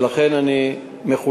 ולכן אני מחויב,